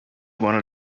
wanted